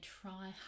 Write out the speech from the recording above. try